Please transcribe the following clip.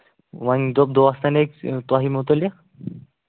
وۄنۍ دوٚپ دوستَن أکۍ تۄہہِ مُتعلِق